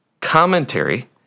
Commentary